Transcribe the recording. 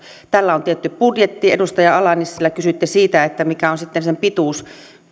tällä on tietty budjetti edustaja ala nissilä kysyitte siitä mikä on sitten sen pituus